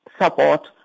support